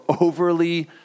overly